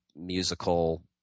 musical –